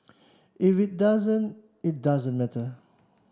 if it doesn't it doesn't matter